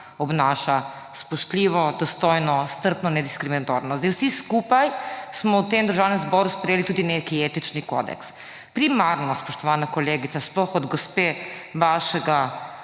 obnaša spoštljivo, dostojno, strpno, nediskriminatorno. Vsi skupaj smo v tem državnem zboru sprejeli tudi nek etični kodeks. Primarno, spoštovana kolegica, sploh od gospe vašega